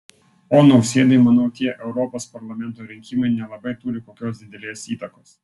o nausėdai manau tie europos parlamento rinkimai nelabai turi kokios didelės įtakos